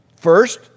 First